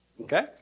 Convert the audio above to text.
Okay